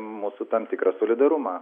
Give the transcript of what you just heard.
mūsų tam tikrą solidarumą